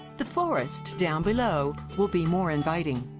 the forest down below will be more inviting.